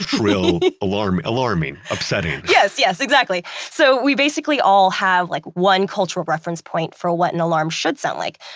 shrill, alarm. alarming, upsetting yes, yes, exactly. so we basically all have like one cultural reference point for what an alarm should sound like,